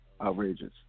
Outrageous